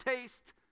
taste